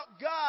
God